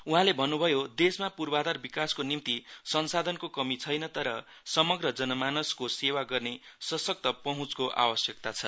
उहाँले भन्नुभयो देशमा पूर्वाधार विकासको निम्ति संसाधनको कमि छैन तर समग्र जनमानसको सेवा गर्ने ससक्त सहँचको आवस्यकता छ